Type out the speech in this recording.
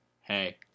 Hey